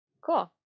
cool